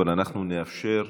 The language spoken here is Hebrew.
אבל אנחנו נאפשר,